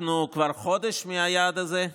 לכך שאנחנו כבר חודש מהיעד הזה.